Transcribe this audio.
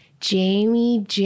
Jamie